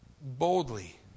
boldly